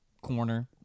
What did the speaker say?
Corner